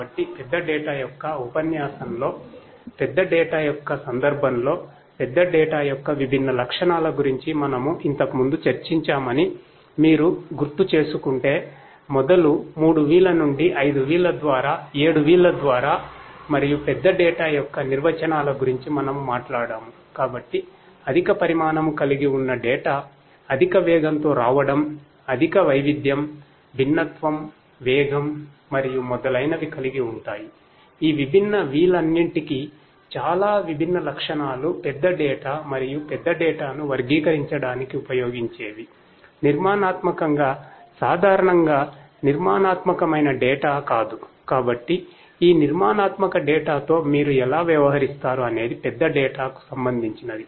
కాబట్టి big data కుసంబంధించినది